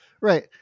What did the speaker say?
Right